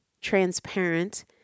transparent